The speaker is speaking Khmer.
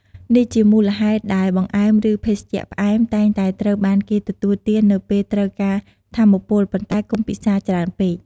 នេះជាមូលហេតុដែលបង្អែម ឬភេសជ្ជៈផ្អែម តែងតែត្រូវបានគេទទួលទាននៅពេលត្រូវការថាមពល ប៉ុន្តែកុំពិសារច្រើនពេក។